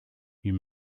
you